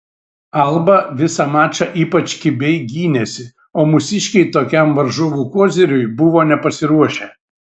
alba visą mačą ypač kibiai gynėsi o mūsiškiai tokiam varžovų koziriui buvo nepasiruošę